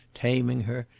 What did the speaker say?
taming her,